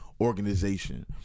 organization